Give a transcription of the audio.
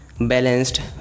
Balanced